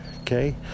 okay